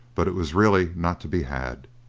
but it was really not to be had.